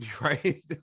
right